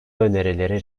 önerileri